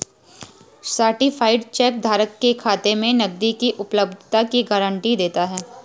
certified cheque धारक के खाते में नकदी की उपलब्धता की गारंटी देता है